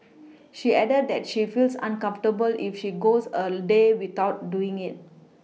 she added that she feels uncomfortable if she goes a day without doing it